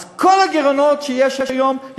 אז כל הגירעונות שיש היום,